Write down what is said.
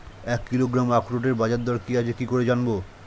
এক কিলোগ্রাম আখরোটের বাজারদর কি আছে কি করে জানবো?